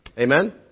Amen